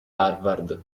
harvard